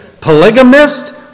polygamist